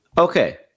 Okay